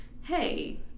hey